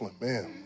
Man